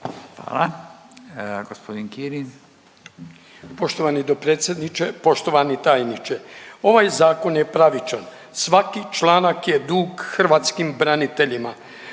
Hvala. Gospodin Kirin.